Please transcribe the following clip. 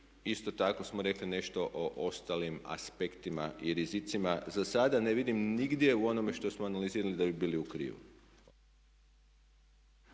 isto tako smo rekli nešto o ostalim aspektima i rizicima. Za sada ne vidim nigdje u onome što smo analizirali da bi bili u krivu.